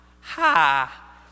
ha